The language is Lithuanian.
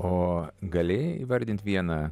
o gali įvardint vieną